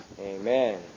Amen